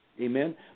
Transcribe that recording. Amen